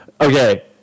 Okay